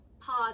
pause